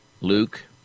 Luke